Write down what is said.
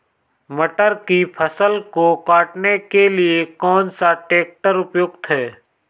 मटर की फसल को काटने के लिए कौन सा ट्रैक्टर उपयुक्त है?